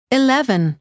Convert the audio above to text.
eleven